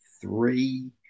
three